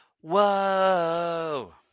Whoa